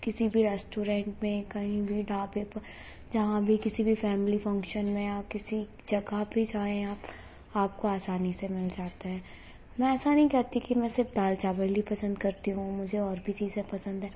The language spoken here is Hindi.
किसी भी रेस्टोरेंट में कहीं भी ढाबे पर जहाँ भी किसी भी फैमिली फंक्शन में या किसी जगह पर जाएँ आप आपको आसानी से मिल जाता है मैं ऐसा नहीं कहती कि मैं सिर्फ दाल चावल ही पसंद करती हूँ मुझे और भी चीजें पसंद हैं